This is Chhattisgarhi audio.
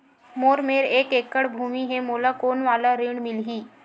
मोर मेर एक एकड़ भुमि हे मोला कोन वाला ऋण मिलही?